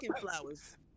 flowers